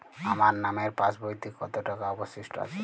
আমার নামের পাসবইতে কত টাকা অবশিষ্ট আছে?